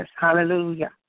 hallelujah